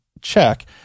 check